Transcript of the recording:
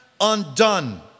undone